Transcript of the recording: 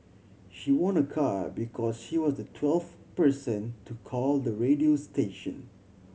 she won a car because she was the twelfth person to call the radio station